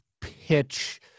pitch